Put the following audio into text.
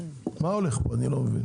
אני אגיד